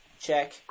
Check